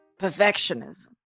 perfectionism